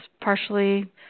partially